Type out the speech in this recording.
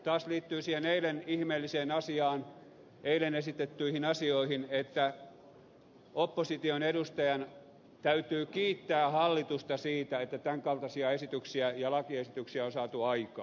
taas liittyy eilen esitettyihin asioihin että opposition edustajan täytyy kiittää hallitusta siitä että tämän kaltaisia lakiesityksiä on saatu aikaan